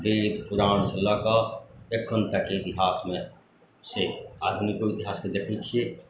वेद पुराणसँ लऽ कऽ अखन तक इतिहास मे से आधुनिको इतिहास के देखै छियै